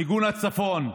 מיגון הצפון,